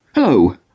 Hello